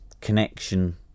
connection